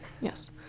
Yes